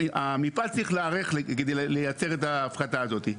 המפעל צריך להיערך כדי לייצר את ההפחתה הזאתי,